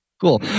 cool